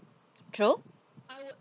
true